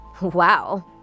Wow